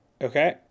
Okay